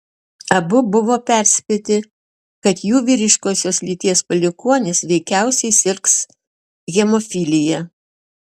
abu buvo perspėti kad jų vyriškosios lyties palikuonis veikiausiai sirgs hemofilija